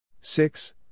Six